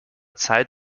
zeit